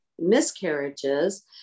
miscarriages